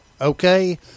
okay